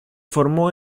formó